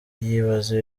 yibaza